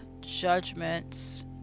judgments